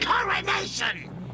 coronation